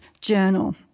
Journal